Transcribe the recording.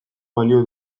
balio